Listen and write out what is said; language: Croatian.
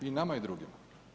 I nama i drugima.